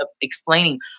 explaining